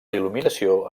il·luminació